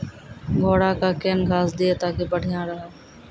घोड़ा का केन घास दिए ताकि बढ़िया रहा?